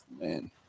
Man